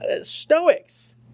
Stoics